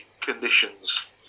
conditions